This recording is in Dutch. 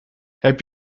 heb